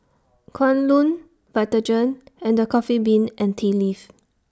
Kwan Loong Vitagen and The Coffee Bean and Tea Leaf